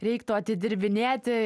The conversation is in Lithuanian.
reiktų atidirbinėti